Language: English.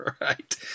Right